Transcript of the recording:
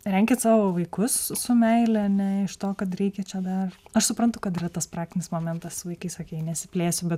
renkit savo vaikus su su meile ne iš to kad reikia čia dar aš suprantu kad yra tas praktinis momentas vaikai sakei nesiplėsim bet